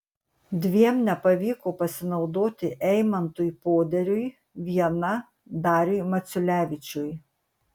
dviem nepavyko pasinaudoti eimantui poderiui viena dariui maciulevičiui